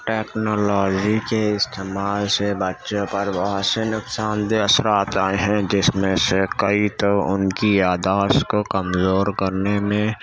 technology کے استعمال سے بچوں پر بہت سے نقصان دہ اثرات آئے ہیں جس میں سے کئی تو ان کی یادداشت کو کمزور کرنے میں